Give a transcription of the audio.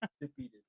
Defeated